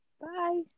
Bye